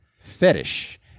fetish